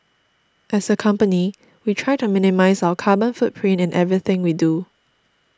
as a company we try to minimise our carbon footprint in everything we do